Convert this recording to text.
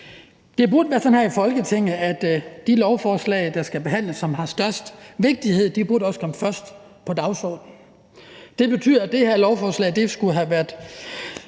Det burde være sådan her i Folketinget, at de lovforslag, som har størst vigtighed, burde komme først på dagsordenen til behandling. Det betyder, at det her lovforslag skulle have været